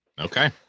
okay